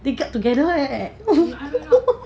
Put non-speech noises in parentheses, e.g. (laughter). they get together leh (laughs)